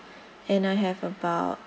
and I have about